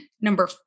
number